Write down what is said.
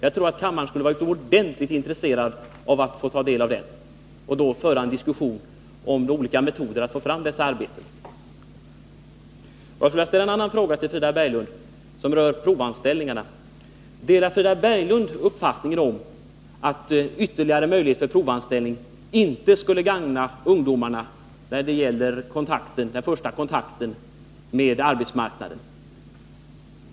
Jag tror att kammaren skulle vara utomordentligt intresserad av att få ta del av den och föra en diskussion om olika metoder att få fram dessa arbeten. Jag skulle också vilja ställa en annan fråga till Frida Berglund som rör provanställningarna. Delar Frida Berglund uppfattningen att ytterligare möjligheter till provanställning inte skulle gagna ungdomarna när det gäller den första kontakten med arbetsmarknaden?